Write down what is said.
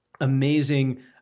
amazing